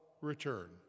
return